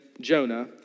Jonah